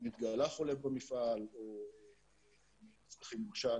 אם התגלה חולה במפעל או אם צריך למשל